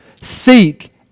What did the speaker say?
seek